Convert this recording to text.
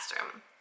classroom